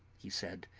he said,